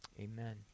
amen